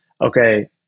okay